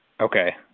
Okay